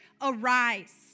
arise